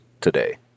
today